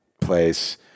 place